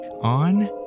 on